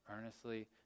earnestly